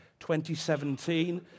2017